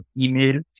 email